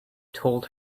told